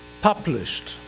published